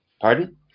pardon